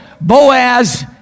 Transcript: Boaz